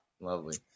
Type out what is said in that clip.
Lovely